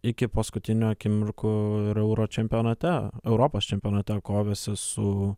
iki paskutinių akimirkų ir euro čempionate europos čempionate kovėsi su